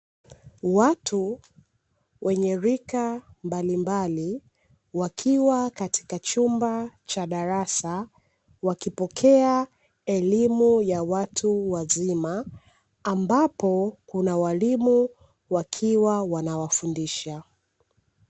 Watu wenye rika mbalimbali wakiwa katika chumba cha darasa, wakipokea elimu ya watu wazima ambapo kuna walimu wakiwa wanawafundisha.